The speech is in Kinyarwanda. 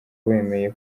wemeye